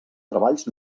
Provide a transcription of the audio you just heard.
treballs